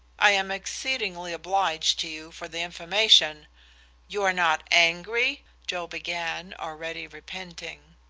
i am exceedingly obliged to you for the information you are not angry? joe began, already repenting.